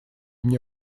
мне